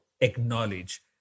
acknowledge